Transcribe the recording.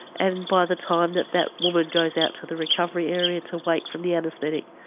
and by the time that that woman goes out to the recovery area to wake from the anesthetic,